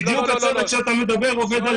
בדיוק הצוות עליו אתה מדבר עובד על